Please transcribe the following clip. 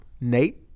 Nate